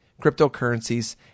cryptocurrencies